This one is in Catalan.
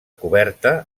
coberta